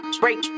break